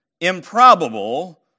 improbable